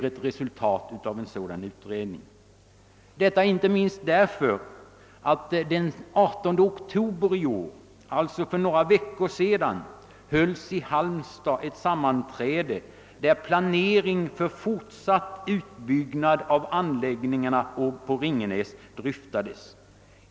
Detta inte minst därför att det den 18 oktober i år, alltså för några veckor sedan, i Halmstad hölls ett sammanträde, där planeringen för en fortsatt utbyggnad av anläggningarna i Ringenäs dryftades.